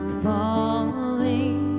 falling